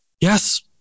yes